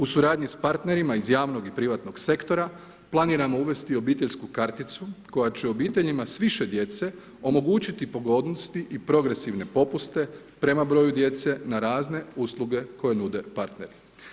U suradnji sa partnerima iz javnog i privatnog sektora planiramo uvesti obiteljsku karticu koja će obiteljima s više djece omogućiti pogodnosti progresivne popuste prema broju djece na razne usluge koje nude partneri.